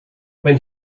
when